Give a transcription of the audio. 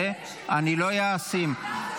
לזה אני לא אסכים.